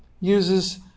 uses